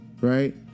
right